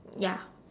ya